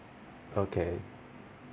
okay